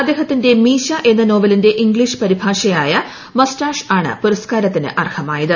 അദ്ദേഹത്തിന്റെ മീശ എന്ന നോവലിന്റെ ഇംഗ് ളീഷ് പരിഭാഷയായ മൊസ്റ്റാഷ് ആണ് പുരസ്കാരത്തിന് അർഹമായത്